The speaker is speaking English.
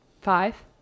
five